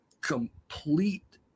complete